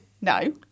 No